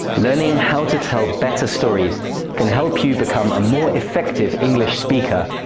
learning how to tell better stories can help you become a more effective english speaker,